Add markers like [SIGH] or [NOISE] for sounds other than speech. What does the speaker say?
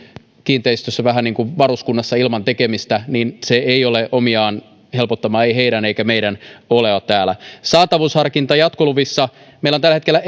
kiinteistössä vähän niin kuin varuskunnassa ilman tekemistä niin se ei ole omiaan helpottamaan heidän oloaan eikä meidän oloamme täällä saatavuusharkinnasta jatkoluvissa meillä on tällä hetkellä [UNINTELLIGIBLE]